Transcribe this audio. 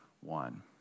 one